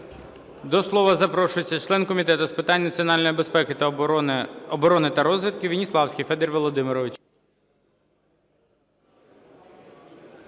До слова запрошується член Комітету з питань національної безпеки, оборони та розвідки Веніславський Федір Володимирович.